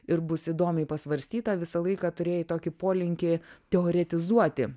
ir bus įdomiai pasvarstyta visą laiką turėjai tokį polinkį teoretizuoti